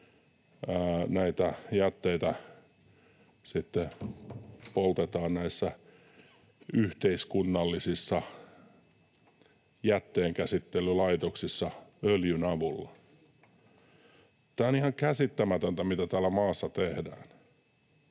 näitä jätteitä sitten poltetaan näissä yhteiskunnallisissa jätteenkäsittelylaitoksissa öljyn avulla. Tämä on ihan käsittämätöntä, mitä tässä maassa tehdään.